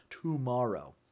tomorrow